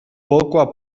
poco